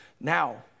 Now